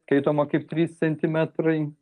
skaitoma kaip trys centimetrai